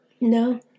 No